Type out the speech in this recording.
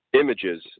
images